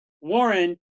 Warren